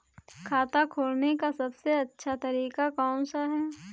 खाता खोलने का सबसे अच्छा तरीका कौन सा है?